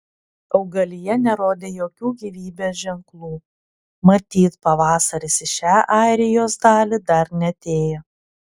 augalija nerodė jokių gyvybės ženklų matyt pavasaris į šią airijos dalį dar neatėjo